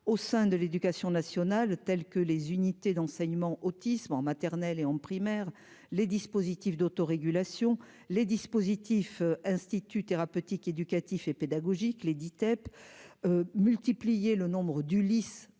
au sein de l'Éducation nationale, tels que les unités d'enseignement autisme en maternelle et en primaire, les dispositifs d'autorégulation les dispositifs institut thérapeutique, éducatif et pédagogique les d'ITEP multiplier le nombre d'Ulysse